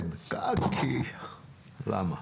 למה.